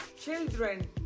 children